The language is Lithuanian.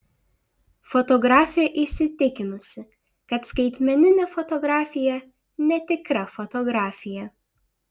fotografė įsitikinusi kad skaitmeninė fotografija netikra fotografija